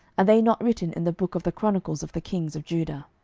are they not written in the book of the chronicles of the kings of judah?